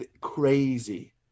crazy